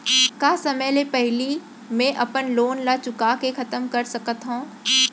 का समय ले पहिली में अपन लोन ला चुका के खतम कर सकत हव?